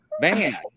man